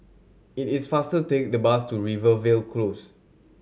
it is faster to take the bus to Rivervale Close